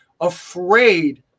afraid